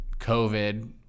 COVID